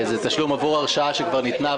זה תשלום עבור הרשאה שכבר ניתנה,